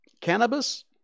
Cannabis